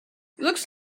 looks